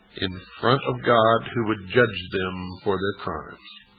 in front of god, who would judge them for their crimes.